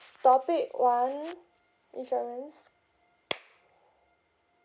topic one insurance